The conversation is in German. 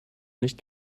nicht